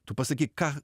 tu pasakyk ką